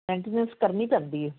maintenance ਕਰਨੀ ਪੈਂਦੀ ਹੈ